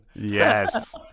Yes